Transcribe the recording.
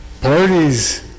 parties